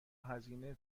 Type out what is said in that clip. هزینه